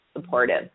supportive